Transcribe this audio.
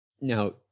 Now